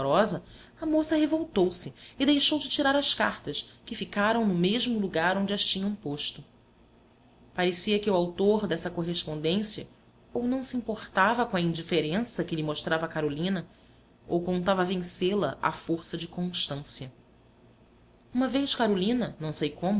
amorosa a moça revoltou-se e deixou de tirar as cartas que ficaram no mesmo lugar onde as tinham posto parecia que o autor dessa correspondência ou não se importava com a indiferença que lhe mostrava carolina ou contava vencê-la à força de constância uma vez carolina não sei